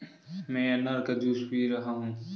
मैं अनार का जूस पी रहा हूँ